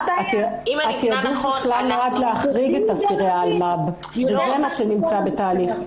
התעדוף נועד להחריג את אסירי האמל"ב וזה מה שנמצא בתהליך.